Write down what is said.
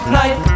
night